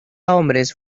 hombres